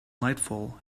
nightfall